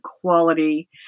quality